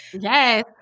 Yes